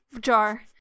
jar